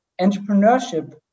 entrepreneurship